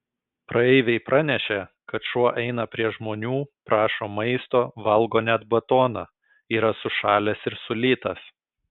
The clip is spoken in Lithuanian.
praeiviai pranešė kad šuo eina prie žmonių prašo maisto valgo net batoną yra sušalęs ir sulytas